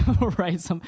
Right